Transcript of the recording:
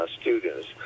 students